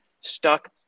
stuck